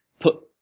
put